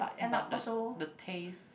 but the the taste